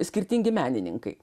skirtingi menininkai